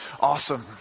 Awesome